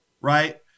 Right